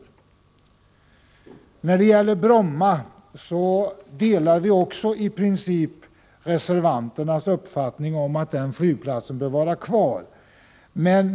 Också när det gäller Bromma delar vi i princip reservanternas uppfattning, innebärande att den flygplatsen bör få vara kvar.